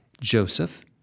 Joseph